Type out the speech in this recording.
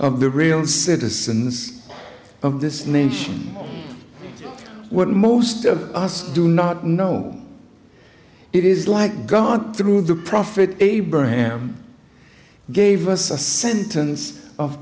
of the real citizens of this nation when most of us do not know it is like going through the prophet abraham gave us a sentence of